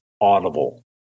audible